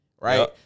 right